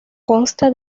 consta